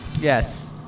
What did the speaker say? Yes